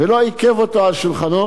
ולא עיכב אותו על שולחנו,